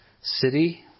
city